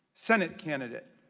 senate candidate,